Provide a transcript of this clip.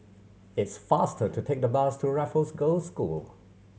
it's faster to take the bus to Raffles Girls' School